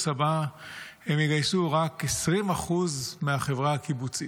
הבא הם יגייסו רק 20% מהחברה הקיבוצית,